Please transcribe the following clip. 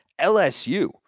LSU